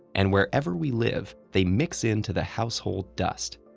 and wherever we live, they mix into the household dust.